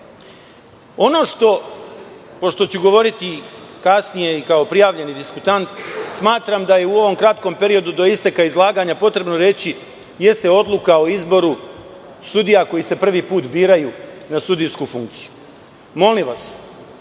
stimulisan. Pošto ću govoriti kasnije i kao prijavljeni diskutant, smatram da je u ovom kratkom periodu do isteka izlaganja potrebno reći o odluci o izboru sudija koji se prvi put biraju na sudijsku funkciju. Molim vas